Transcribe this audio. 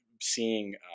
seeing